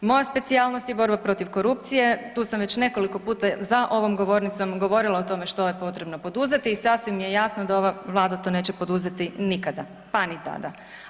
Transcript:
Moja specijalnost je borba protiv korupcije, tu sam već nekoliko puta za ovom govornicom govorila o tome što je potrebno poduzeti i sasvim je jasno da to ova Vlada neće poduzeti nikada pa ni tada.